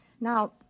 Now